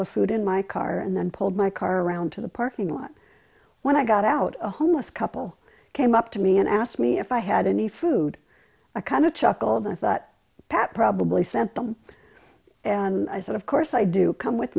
the food in my car and then pulled my car around to the parking lot when i got out a homeless couple came up to me and asked me if i had any food i kind of chuckled as that pat probably sent them and i said of course i do come with